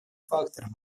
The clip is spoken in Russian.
фактором